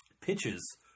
pitches